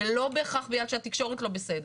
ולא בהכרח בגלל שהתקשורת לא בסדר,